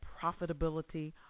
profitability